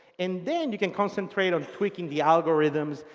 and then you can concentrate on tweaking the algorithms,